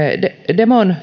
demon